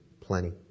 Plenty